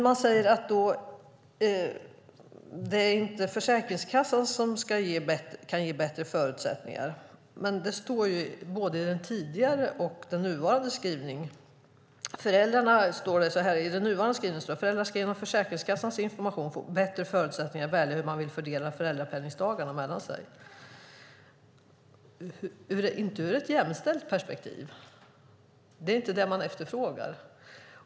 Det sägs att det inte är Försäkringskassan som kan ge bättre förutsättningar. Men det står både i den tidigare och i den nuvarande skrivningen. I den nuvarande skrivningen står det: Föräldrar ska genom Försäkringskassans information få bättre förutsättningar att välja hur man vill fördela föräldrapenningsdagarna mellan sig. Det står ingenting om att det ska vara ur ett jämställt perspektiv. Det är inte det som man efterfrågar.